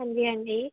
ਹਾਂਜੀ ਹਾਂਜੀ